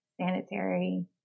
sanitary